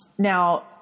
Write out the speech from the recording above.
Now